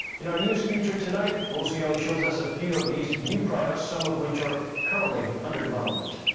in our news feature tonight, oh soo-young shows us a few of these new products some of which are currently under development.